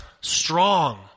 strong